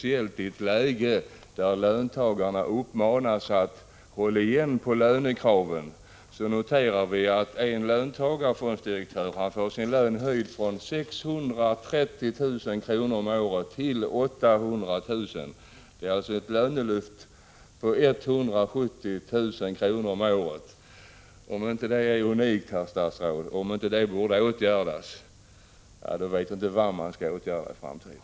I ett läge där löntagarna uppmanas att hålla igen på lönekraven noterar vi att en löntagarfonddirektör får sin lön höjd från 630 000 kr. om året till 800 000 — ett lönelyft på 170 000 kr! Det är nog unikt, herr statsråd, och om inte det borde åtgärdas, då vet jag inte vad man skall åtgärda i framtiden.